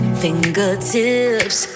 fingertips